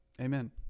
Amen